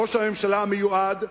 ראש הממשלה המיועד,